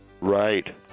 Right